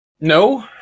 No